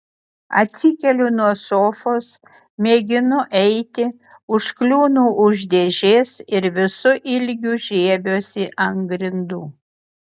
atsikeliu nuo sofos mėginu eiti užkliūnu už dėžės ir visu ilgiu žiebiuosi ant grindų